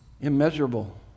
Immeasurable